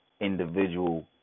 individual